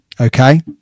Okay